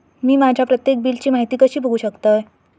मी माझ्या प्रत्येक बिलची माहिती कशी बघू शकतय?